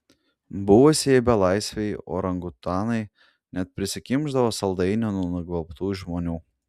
buvusieji belaisviai orangutanai net prisikimšdavo saldainių nugvelbtų iš žmonių